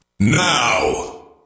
Now